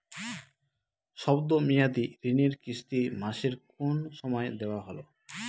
শব্দ মেয়াদি ঋণের কিস্তি মাসের কোন সময় দেওয়া ভালো?